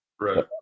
Right